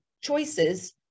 choices